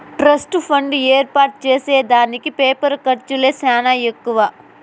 trust fund ఏర్పాటు చేసే దానికి పేపరు ఖర్చులే సానా ఎక్కువ